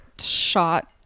shot